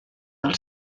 del